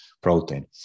protein